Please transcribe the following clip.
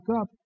up